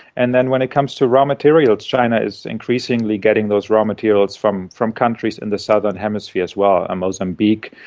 and then when it comes to raw materials, china is increasingly getting those raw materials from from countries in the southern hemisphere as well mozambique,